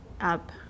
up